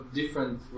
different